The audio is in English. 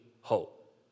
hope